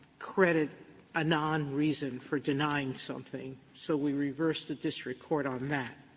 credit a non-reason for denying something, so we reverse the district court on that.